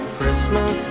Christmas